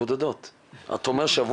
חוי שעובדת עם עוזי ומקבלת את כל הפניות,